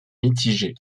mitigés